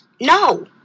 No